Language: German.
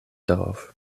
darauf